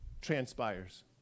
transpires